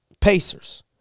Pacers